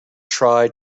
try